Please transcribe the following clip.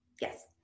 yes